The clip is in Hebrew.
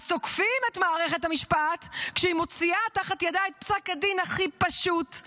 אז תוקפים את מערכת המשפט כשהיא מוציאה תחת ידה את פסק הדין הכי פשוט,